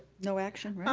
no action, right?